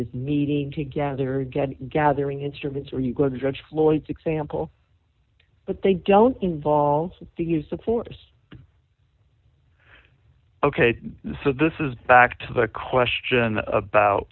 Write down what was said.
is meeting together gathering instruments where you go to judge floyd's example but they don't involve the use of force ok so this is back to the question about